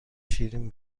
شیرین